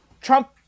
Trump